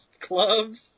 clubs